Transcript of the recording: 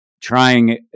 trying